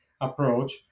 approach